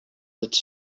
its